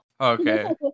Okay